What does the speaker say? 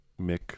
Mick